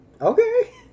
Okay